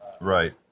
right